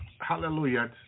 hallelujah